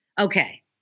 Okay